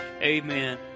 amen